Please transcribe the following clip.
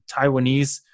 taiwanese